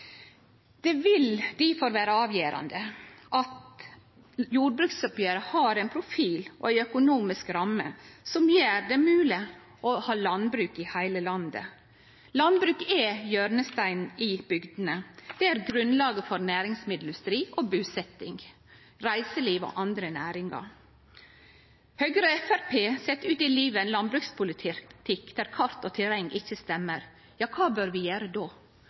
Det vil difor vere avgjerande at jordbruksoppgjeret har ein profil og ei økonomisk ramme som gjer det mogleg å ha landbruk i heile landet. Landbruket er hjørnesteinen i bygdene. Det er grunnlaget for næringsmiddelindustri, busetjing, reiseliv og andre næringar. Høgre og Framstegspartiet set ut i livet ein landbrukspolitikk der kart og terreng ikkje stemmer overeins. Kva bør vi gjere då?